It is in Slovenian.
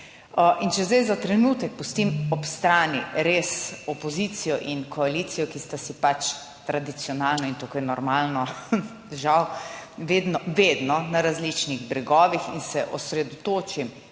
In če zdaj za trenutek pustim ob strani res opozicijo in koalicijo, ki sta si pač tradicionalno in tako je normalno, žal vedno na različnih bregovih in se osredotočim